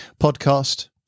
Podcast